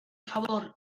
favor